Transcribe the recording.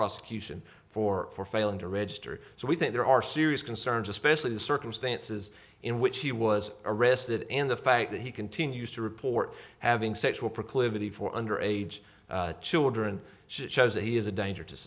prosecution for failing to register so we think there are serious concerns especially the circumstances in which he was arrested and the fact that he continues to report having sexual proclivity for under age children shows that he is a danger to